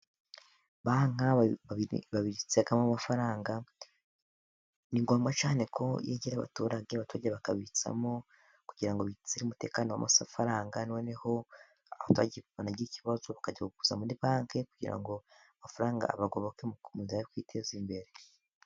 Banki babitsamo amafaranga ni ngombwa cyane ko yegera abaturage, abaturage bakabitsamo kugira ngo bizere umutekano wamafaranga, noneho banagira ikibazo bakajya ku guza muri banki kugira ngo amafaranga abagoboke mu gukomeza kwiteza imbere.